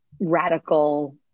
radical